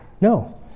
no